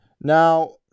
Now